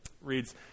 reads